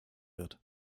wird